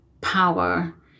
power